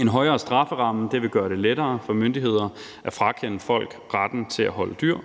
En højere strafferamme vil gøre det lettere for myndigheder at frakende folk retten til at holde dyr.